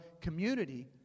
community